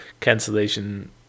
cancellation